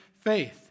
faith